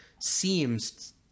seems